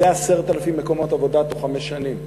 זה 10,000 מקומות עבודה בתוך חמש שנים.